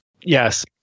Yes